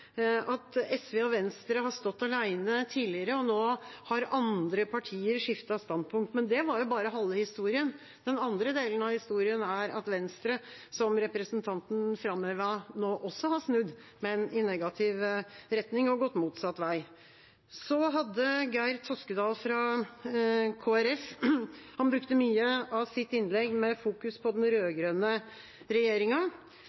at SV og Venstre har stått alene tidligere, og nå har andre partier skiftet standpunkt. Men det var jo bare halve historien. Den andre delen av historien er at Venstre, som representanten framhevet, nå også har snudd, men i negativ retning og gått motsatt vei. Geir Toskedal fra Kristelig Folkeparti brukte mye av sitt innlegg til å fokusere på den